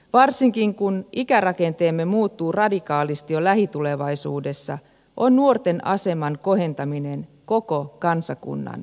varsinkin kun ikärakenteemme muuttuu radikaalisti jo lähitulevaisuudessa on nuorten aseman kohentaminen koko kansakunnan etu